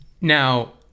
Now